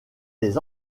des